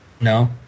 No